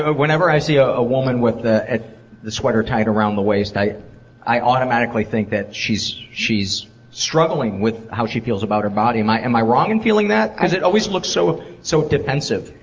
ah whenever i see a woman with the the sweater tied around the waist, i i automatically think that she's she's struggling with how she feels about her body. am i am i wrong in and feeling that? because it always looks so so defensive.